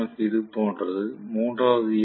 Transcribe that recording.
F இது போன்றது மூன்றாவது ஈ